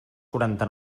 quaranta